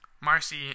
Marcy